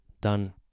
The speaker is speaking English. done